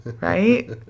Right